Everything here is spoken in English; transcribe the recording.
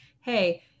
hey